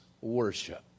worship